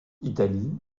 italie